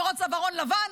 עבירות צווארון לבן.